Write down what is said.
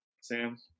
Sam